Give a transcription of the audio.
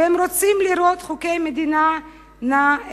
והם רוצים לראות את חוקי המדינה נאכפים.